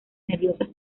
nerviosas